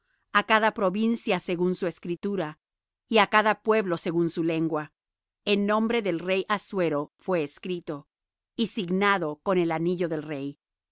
á cada provincia según su escribir y á cada pueblo conforme á su lengua á los judíos también conforme á su escritura y lengua y escribió en nombre del rey assuero y selló con el anillo del rey